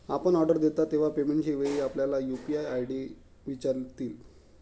आपण ऑर्डर देता तेव्हा पेमेंटच्या वेळी आपल्याला यू.पी.आय आय.डी विचारतील